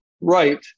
right